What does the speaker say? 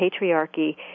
patriarchy